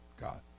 God